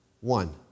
One